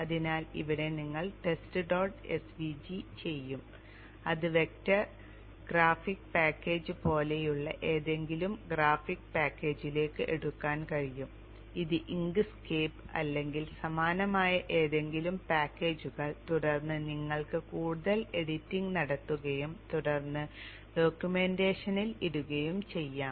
അതിനാൽ ഇവിടെ നിങ്ങൾ ടെസ്റ്റ് ഡോട്ട് svg ചെയ്യും അത് വെക്റ്റർ ഗ്രാഫിക് പാക്കേജ് പോലെയുള്ള ഏതെങ്കിലും ഗ്രാഫിക് പാക്കേജിലേക്ക് എടുക്കാൻ കഴിയും അത് ഇങ്ക് സ്കേപ്പ് അല്ലെങ്കിൽ സമാനമായ ഏതെങ്കിലും പാക്കേജുകൾ തുടർന്ന് നിങ്ങൾക്ക് കൂടുതൽ എഡിറ്റിംഗ് നടത്തുകയും തുടർന്ന് ഡോക്യുമെന്റേഷനിൽ ഇടുകയും ചെയ്യാം